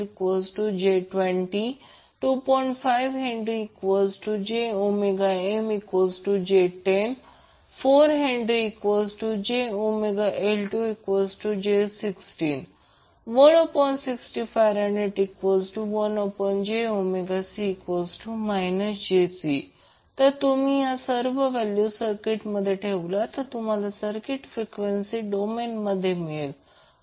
5HjωMj10 4HjωL2j16 116F1jωC j4 तर तुम्ही या सर्व व्हॅल्यू सर्किटमध्ये ठेवल्या तर तुम्हाला सर्किट फ्रिक्वेन्सी डोमेन मिळेल